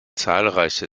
zahlreiche